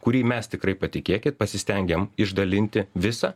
kurį mes tikrai patikėkit pasistengėm išdalinti visą